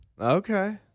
Okay